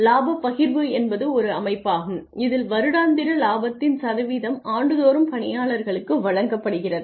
இலாப பகிர்வு என்பது ஒரு அமைப்பாகும் இதில் வருடாந்திர லாபத்தின் சதவீதம் ஆண்டுதோறும் பணியாளர்களுக்கு வழங்கப்படுகிறது